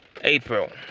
April